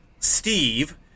Steve